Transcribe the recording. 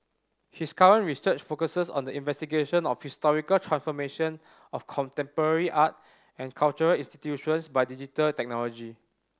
his current research focuses on the investigation of the historical transformation of contemporary art and cultural institutions by digital technology